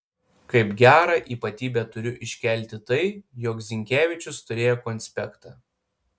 kaip gerą ypatybę turiu iškelti tai jog zinkevičius turėjo konspektą